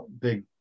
big